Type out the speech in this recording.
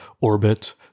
orbit